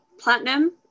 platinum